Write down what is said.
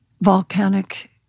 volcanic